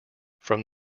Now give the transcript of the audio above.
from